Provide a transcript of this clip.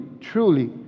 truly